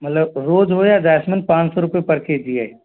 मतलब रोज हो या जैस्मिन पाँच सौ रुपए पर के जी है